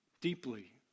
deeply